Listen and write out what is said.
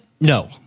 no